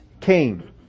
came